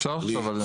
אפשר לחשוב על זה.